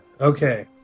Okay